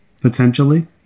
potentially